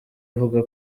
avuga